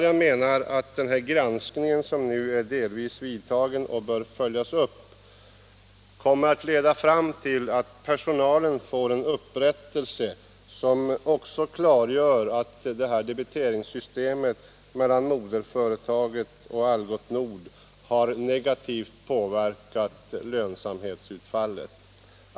Jag menar att den granskning som nu delvis vidtagits, och som bör följas upp, kommer att leda fram till att personalen får en upprättelse, som också klargör att debiteringssystemet mellan moderföretaget och Algots Nord har negativt påverkat lönsamhetsutfallet.